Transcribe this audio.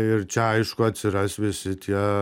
ir čia aišku atsiras visi tie